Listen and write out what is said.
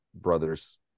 brothers